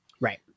Right